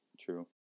True